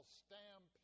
stamp